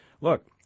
Look